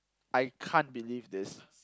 I can't believe this